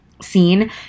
scene